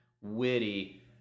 witty